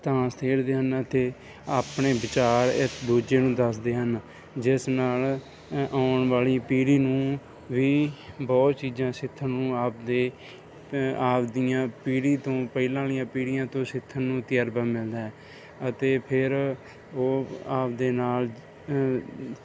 ਤਾਸ਼ ਖੇਡਦੇ ਹਨ ਅਤੇ ਆਪਣੇ ਵਿਚਾਰ ਇਕ ਦੂਜੇ ਨੂੰ ਦੱਸਦੇ ਹਨ ਜਿਸ ਨਾਲ ਆਉਣ ਵਾਲੀ ਪੀੜ੍ਹੀ ਨੂੰ ਵੀ ਬਹੁਤ ਚੀਜ਼ਾਂ ਸਿੱਖਣ ਨੂੰ ਆਪਣੇ ਆਪਣੀਆਂ ਪੀੜ੍ਹੀ ਤੋਂ ਪਹਿਲਾਂ ਵਾਲੀਆਂ ਪੀੜ੍ਹੀਆਂ ਤੋਂ ਸਿੱਖਣ ਨੂੰ ਤਜਰਬਾ ਮਿਲਦਾ ਹੈ ਅਤੇ ਫਿਰ ਉਹ ਆਪਣੇ ਨਾਲ